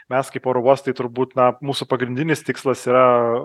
mes kaip oro uostai turbūt na mūsų pagrindinis tikslas yra